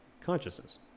consciousness